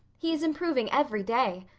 he is improving every day.